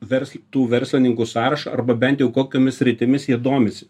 verslo tų verslininkų sąrašą arba bent jau kokiomis sritimis jie domisi